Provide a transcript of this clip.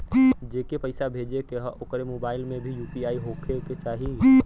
जेके पैसा भेजे के ह ओकरे मोबाइल मे भी यू.पी.आई होखे के चाही?